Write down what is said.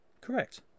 Correct